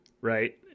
Right